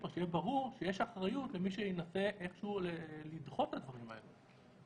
כדי שיהיה ברור שיש אחריות למי שינסה איכשהו לדחות את הדברים האלו,